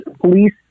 police